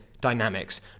dynamics